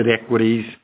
equities